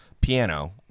piano